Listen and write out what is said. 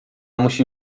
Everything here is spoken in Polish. musi